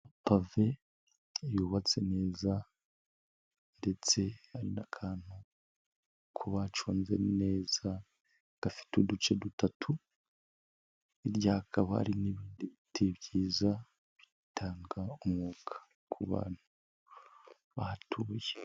Amapave yubatse neza ndetse hari n'akantu k' baconze neza gafite uduce dutatu, hirya kaba hari n'ibindi biti byiza bitanga umwuka ku bantu bahatuye.